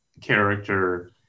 character